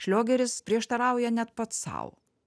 šliogeris prieštarauja net pats sau